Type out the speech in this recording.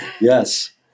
Yes